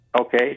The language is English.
Okay